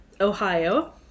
Ohio